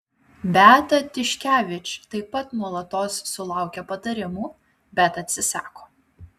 beata tiškevič taip pat nuolatos sulaukia patarimų bet atsisako